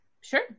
Sure